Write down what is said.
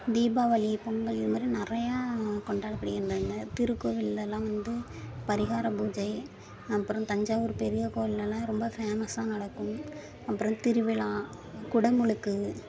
தீபாவளி பொங்கல் இது மாதிரி நிறையா கொண்டாடப்படுகின்றன திருக்கோவில்லலாம் வந்து பரிகாரம் பூஜை அப்புறம் தஞ்சாவூர் பெரிய கோவில்லலாம் ரொம்ப ஃபேமஸா நடக்கும் அப்புறம் திருவிழா குடமுழுக்கு